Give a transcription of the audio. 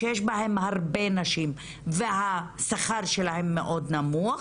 שיש בהם הרבה נשים והשכר שלהן מאוד נמוך,